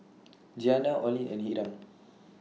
Jeanna Olene and Hiram